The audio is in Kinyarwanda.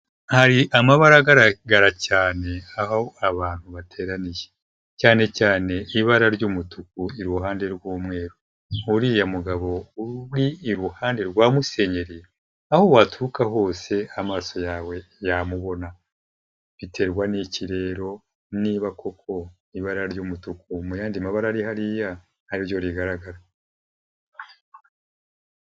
Hari amabara agaragara cyane aho abantu bateraniye cyane cyane ibara ry'umutuku iruhande rw'umweru, uriya mugabo uri uri iruhande rwa musenyeri aho waturuka hose amaso yawe yamubona, biterwa n'iki rero niba koko ibara ry'umutuku mu yandi mabara ari hariya ari ryo rigaragara?